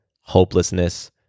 hopelessness